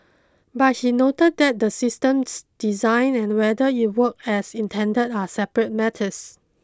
but he noted that the system's design and whether it works as intended are separate matters